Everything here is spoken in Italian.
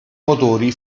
motori